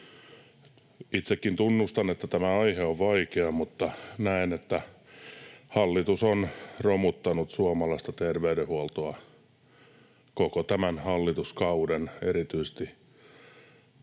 Itsekin tunnustan, että tämä aihe on vaikea, mutta näen, että hallitus on romuttanut suomalaista terveydenhuoltoa koko tämän hallituskauden, erityisesti